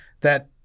that-